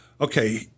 Okay